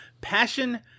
Passion